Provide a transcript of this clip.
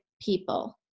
people